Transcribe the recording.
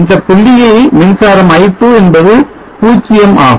இந்தப் புள்ளியில் மின்சாரம் i2 என்பது 0 ஆகும்